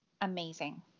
amazing